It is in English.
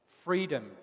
freedom